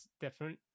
different